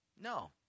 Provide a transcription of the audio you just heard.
No